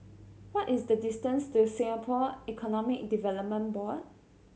what is the distance to Singapore Economic Development Board